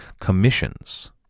commissions